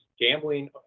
Gambling